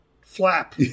flap